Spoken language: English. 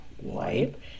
Wipe